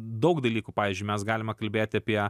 daug dalykų pavyzdžiui mes galime kalbėti apie